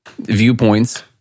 viewpoints